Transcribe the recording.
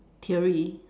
theory